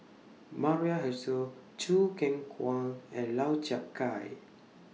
Maria Hertogh Choo Keng Kwang and Lau Chiap Khai